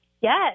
Yes